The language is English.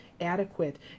adequate